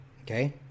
okay